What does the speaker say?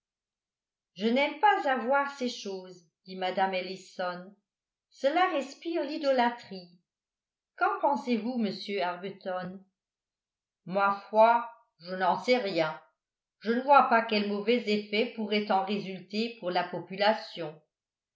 je n'aime pas à voir ces choses dit mme ellison cela respire l'idolâtrie qu'en pensez-vous monsieur arbuton ma foi je n'en sais rien je ne vois pas quel mauvais effet pourrait en résulter pour la population